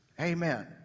Amen